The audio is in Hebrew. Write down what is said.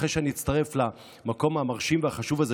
אחרי שאני אצטרף למקום המרשים והחשוב הזה,